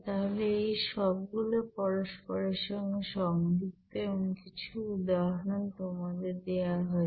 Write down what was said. তাহলে এই সবগুলোই পরস্পরের সঙ্গে সংযুক্ত এবং কিছু উদাহরণ তোমাদের দেওয়া হয়েছে